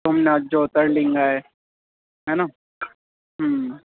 सोमनाथ ज्योतिर्लिंग आहे है न हू